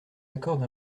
accorde